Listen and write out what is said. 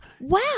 Wow